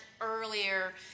earlier